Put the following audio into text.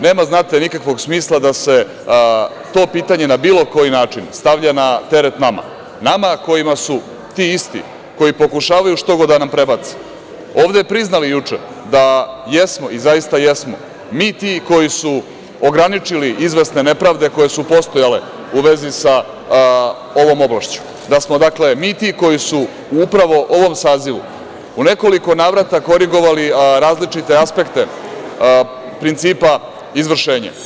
Nema nikakvog smisla da se to pitanje na bilo koji način stavlja na teret nama, nama kojima su ti isti, koji pokušavaju štogod da nam prebace, ovde priznali juče da jesmo i zaista jesmo, mi ti koji su ograničili izvesne nepravde koje su postojale u vezi sa ovom oblašću, da smo, dakle, mi ti koji su u upravo ovom sazivu u nekoliko navrata korigovali različite aspekte principa izvršenja.